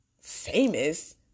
famous